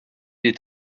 est